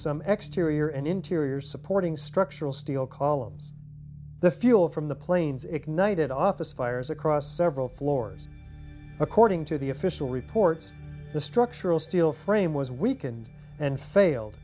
exteriors and interior supporting structural steel columns the fuel from the planes ignited office fires across several floors according to the official reports the structural steel frame was weakened and failed